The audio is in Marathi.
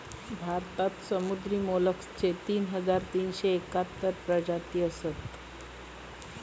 भारतात समुद्री मोलस्कचे तीन हजार तीनशे एकाहत्तर प्रजाती असत